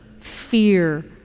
fear